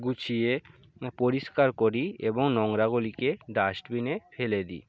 গুছিয়ে পরিষ্কার করি এবং নোংরাগুলিকে ডাস্টবিনে ফেলে দিই